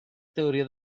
teoria